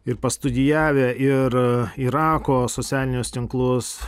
ir pastudijavę ir irako socialinius tinklus